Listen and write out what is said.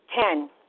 Ten